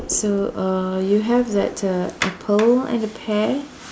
so uh you have that uh apple and a pear